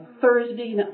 Thursday